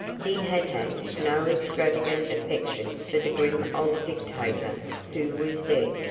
he had had no extravagant affection for the grim old dictator who was dead,